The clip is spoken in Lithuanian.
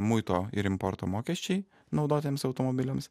muito ir importo mokesčiai naudotiems automobiliams